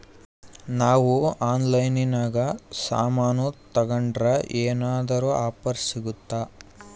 ನಾವು ಆನ್ಲೈನಿನಾಗ ಸಾಮಾನು ತಗಂಡ್ರ ಏನಾದ್ರೂ ಆಫರ್ ಸಿಗುತ್ತಾ?